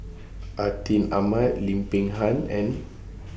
Atin Amat Lim Peng Han and